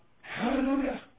Hallelujah